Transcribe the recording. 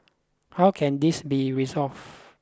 how can this be resolved